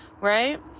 Right